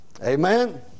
Amen